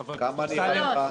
חבר הכנסת --- כמה נראה לך?